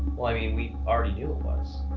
well, i mean, we already knew it was,